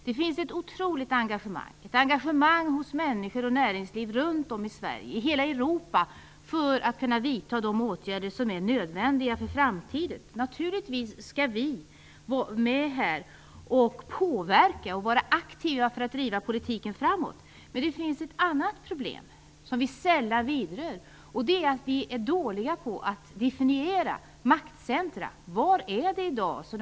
Det finns ett otroligt engagemang, ett engagemang hos människor och näringsliv runt om i Sverige och i hela Europa för att man skall kunna vidta de åtgärder som är nödvändiga inför framtiden. Vi skall naturligtvis vara med och påverka och vara aktiva för att driva politiken framåt. Men det finns ett annat problem som vi sällan vidrör, och det är att vi är dåliga på att definiera olika maktcentrum.